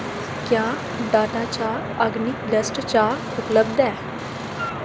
क्या डाटा चाह् अग्नि डस्ट चाह् उपलब्ध ऐ